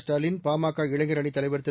ஸ்டாலின் பாமக இளைஞரணித் தலைவர் திரு